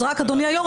אז רק אדוני היו"ר,